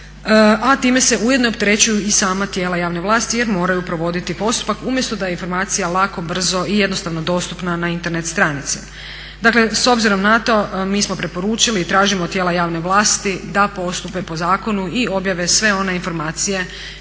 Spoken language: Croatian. a time se ujedno opterećuju i sama tijela javne vlasti jer moraju provoditi postupak umjesto da informacija lako, brzo i jednostavno dostupna na Internet stranici. Dakle s obzirom na to, mi smo preporučili i tražimo od tijela javne vlasti da postupe po zakonu i objave sve one informacije